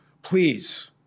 please